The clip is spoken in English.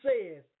says